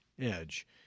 edge